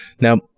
Now